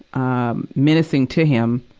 um, menacing to him,